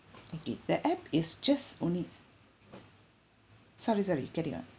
okay the app is just only sorry sorry carry on